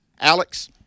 Alex